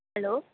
hello